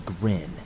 grin